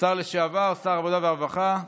שר העבודה והרווחה לשעבר,